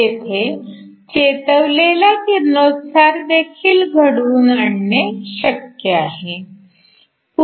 येथे चेतवलेला किरणोत्सार घडवून देखील शक्य आहे